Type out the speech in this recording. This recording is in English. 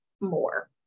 more